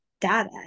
data